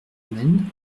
men